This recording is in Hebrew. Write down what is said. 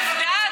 נכנסה,